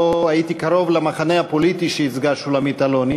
הייתי קרוב למחנה הפוליטי שייצגה שולמית אלוני,